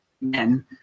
men